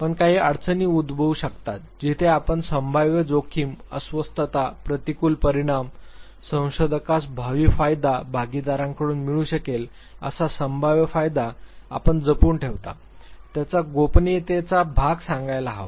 मग काही अडचणी उद्भवू शकतात जिथे आपण संभाव्य जोखीम अस्वस्थता प्रतिकूल परिणाम संशोधकास भावी फायदा भागीदारांकडून मिळू शकेल असा संभाव्य फायदा आपण जपून ठेवता त्याचा गोपनीयतेचा भाग सांगायला हवा